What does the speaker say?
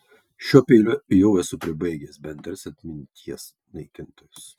šiuo peiliu jau esu pribaigęs bent tris atminties naikintojus